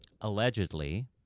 allegedly